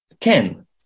Ken